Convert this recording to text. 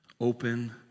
open